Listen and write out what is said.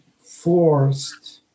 forced